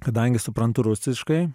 kadangi suprantu rusiškai